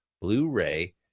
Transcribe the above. Blu-ray